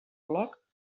bloc